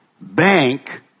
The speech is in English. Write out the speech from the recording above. bank